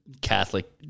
Catholic